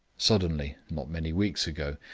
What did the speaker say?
suddenly, not many weeks ago,